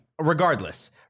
regardless